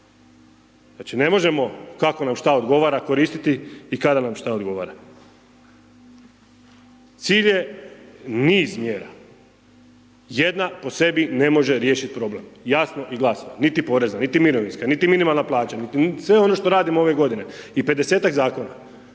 Znači ne možemo kako nam šta odgovara koristiti i kada nam šta odgovara, cilj je niz mjera, jedna po sebi ne može riješiti problem, jasno i glasno, niti poreza, niti mirovinska, niti minimalna plaća, niti sve ono što radimo ove godine i 50-tak zakona.